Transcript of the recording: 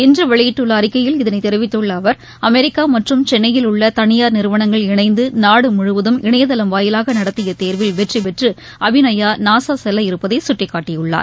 இன்று வெளியிட்டுள்ள அறிக்கையில் இதனைத் தெரிவித்துள்ள அவர் அமெரிக்கா மற்றும் சென்னையில் உள்ள தனியார் நிறுவனங்கள் இணைந்து நாடுமுழுவதும் இணைய தளம் வாயிலாக நடத்திய தேர்வில் வெற்றி பெற்று அபிநயா நாசா செல்லவிருப்பதை சுட்டிக்காட்டியுள்ளார்